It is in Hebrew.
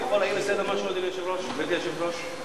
אני יכול להעיר משהו לסדר, אדוני היושב-ראש?